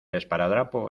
esparadrapo